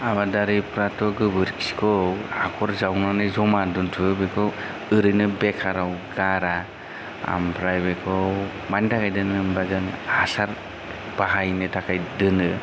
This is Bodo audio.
आबादारिफोराथ' गोबोरखिखौ हाखर जावनानै जमा दोन्थ'यो बेखौ ओरैनो बेखाराव गारा ओमफ्राय बेखौ मानि थाखाय दोनो होनबा जों हासार बाहायनो थाखाय दोनो